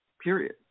period